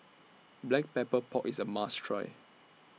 Black Pepper Pork IS A must Try